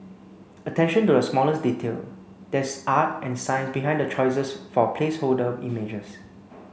attention to the smallest detail There is art and science behind the choices for placeholder images